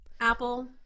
apple